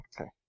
Okay